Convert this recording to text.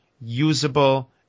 usable